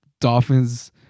Dolphins